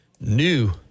new